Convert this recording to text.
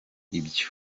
ibyo